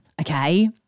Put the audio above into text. okay